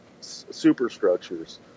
superstructures